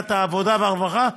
לוועדת העבודה והרווחה?